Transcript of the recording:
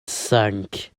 sank